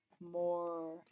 more